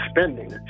spending